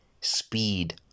speed